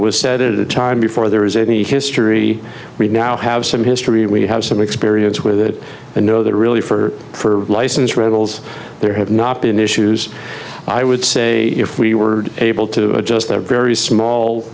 was said a time before there is any history we now have some history we have some experience with that and no there really for for license rentals there have not been issues i would say if we were able to adjust their very small